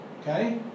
Okay